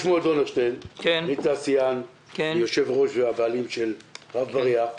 אני תעשיין, יושב-ראש ובעלים של רב בריח.